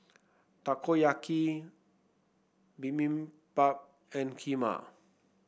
Takoyaki Bibimbap and Kheema